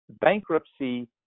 bankruptcy